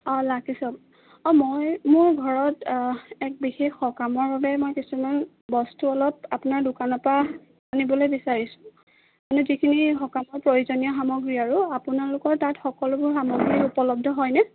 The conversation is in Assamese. অঁ অঁ মই মোৰ ঘৰত এক বিশেষ সকামৰ বাবে মই কিছুমান বস্তু অলপ আপোনাৰ দোকানৰ পৰা আনিবলে বিচাৰিছোঁ মানে যিখিনি সকামত প্ৰয়োজনীয় সামগ্ৰী আৰু আপোনালোকৰ তাত সকলোবোৰ সামগ্ৰী উপলব্ধ হয়নে